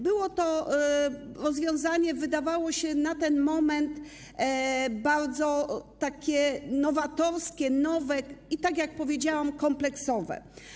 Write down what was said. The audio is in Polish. Było to rozwiązanie, wydawało się na tamten moment, bardzo nowatorskie, nowe, tak jak powiedziałam, kompleksowe.